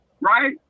right